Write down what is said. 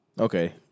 Okay